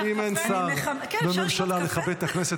אם אין שר בממשלה לכבד את הכנסת,